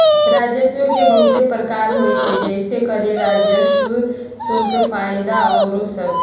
राजस्व के बहुते प्रकार होइ छइ जइसे करें राजस्व, शुल्क, फयदा आउरो सभ